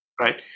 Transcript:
right